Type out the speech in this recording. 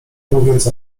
mówiąc